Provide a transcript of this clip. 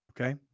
Okay